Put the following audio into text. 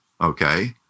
Okay